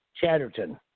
Chatterton